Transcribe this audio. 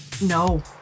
no